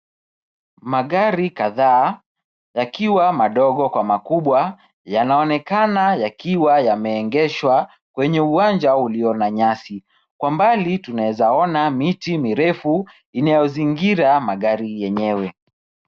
Magari kadhaa yakiwa madogo kwa makubwa yanaonekana yakiwa yameegeshwa kwenye uwanja ulio na nyasi. Kwa mbali tunaweza ona miti mirefu inayozingira magari yenyewe.